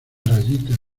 rayita